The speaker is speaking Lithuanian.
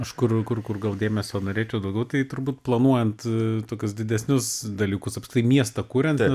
kažkur kur kur gal dėmesio norėčiau daugiau tai turbūt planuojant tokius didesnius dalykus apskritai miestą kuriant